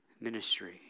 ministry